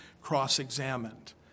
cross-examined